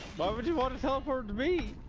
why would you want to teleport to me?